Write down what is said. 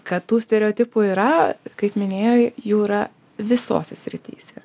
kad tų stereotipų yra kaip minėjai jų yra visose srityse